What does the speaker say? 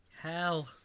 Hell